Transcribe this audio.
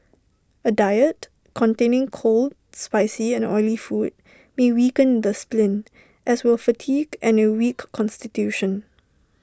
A diet containing cold spicy and oily food may weaken the spleen as will fatigue and A weak Constitution